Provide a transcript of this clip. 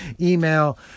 email